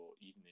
evening